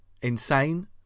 insane